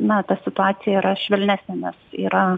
na ta situacija yra švelnesnė nes yra